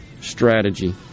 strategy